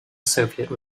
soviet